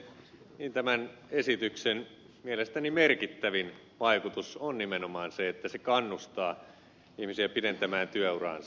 tämän esityksen mielestäni merkittävin vaikutus on nimenomaan se että se kannustaa ihmisiä pidentämään työuraansa